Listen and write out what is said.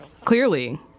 clearly